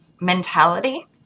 mentality